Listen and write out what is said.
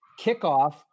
kickoff